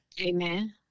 Amen